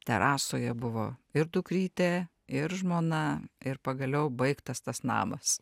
terasoje buvo ir dukrytė ir žmona ir pagaliau baigtas tas namas